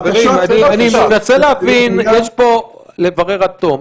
--- רגע, חברים, אני מנסה לברר עד תום.